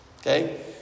Okay